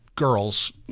girls